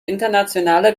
internationale